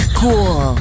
cool